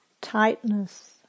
tightness